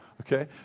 Okay